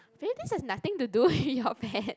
Faith this has nothing to do with your pet